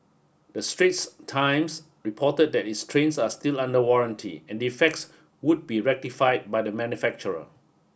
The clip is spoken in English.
the Straits Times reported that the trains are still under warranty and defects would be rectified by the manufacturer